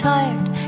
tired